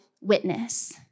witness